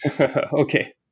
Okay